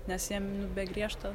nes jiem nu be griežto